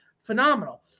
phenomenal